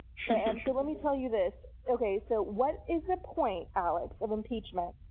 so let me tell you this. okay. so what is the point, alex, of impeachment,